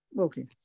Okay